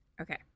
Okay